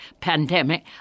pandemic